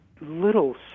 little